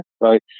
Right